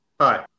Hi